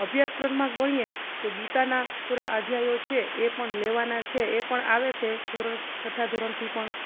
અભ્યાસક્રમમાં ગણીએ તો ગીતાના થોડા અધ્યાયો છે એ પણ લેવાના છે એ પણ આવે છે ધોરણ છઠ્ઠા ધોરણથી પણ